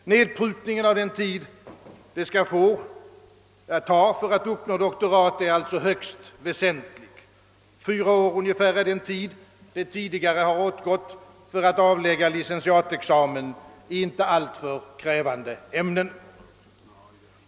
Nedprutningen av den tid det skall få ta att uppnå doktorat är alltså högst väsentlig. Fyra år är ungefär den tid som förut åtgått för att avlägga licentiatexamen i inte alltför krävande ämnen.